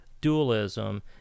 dualism